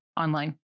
online